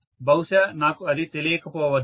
బహుశా నాకు అది తెలియకపోవచ్చు